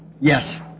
Yes